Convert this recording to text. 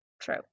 true